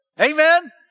amen